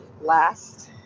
last